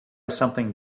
something